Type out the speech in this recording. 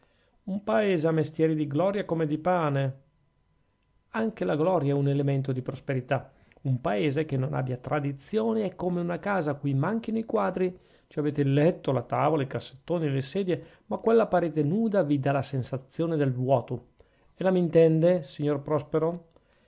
un paese ha mestieri di gloria come di pane anche la gloria è un elemento di prosperità un paese che non abbia tradizioni è come una casa a cui manchino i quadri ci avete il letto la tavola i cassettoni le sedie ma quella parete nuda vi dà la sensazione del vuoto ella m'intende signor prospero